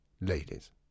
Ladies